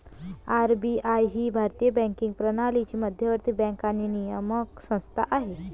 RBI ही भारतीय banking प्रणालीची मध्यवर्ती बँक आणि नियामक संस्था आहे